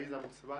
פאיז אבו צהבאן.